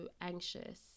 anxious